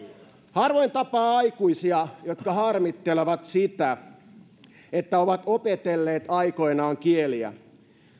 harvoin tapaa aikuisia jotka harmittelevat sitä että ovat opetelleet aikoinaan kieliä